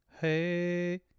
Hey